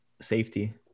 safety